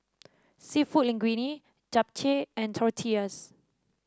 seafood Linguine Japchae and Tortillas